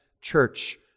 church